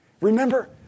Remember